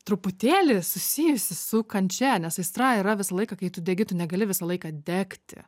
truputėlį susijusi su kančia nes aistra yra visą laiką kai tu degi tu negali visą laiką degti